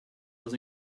was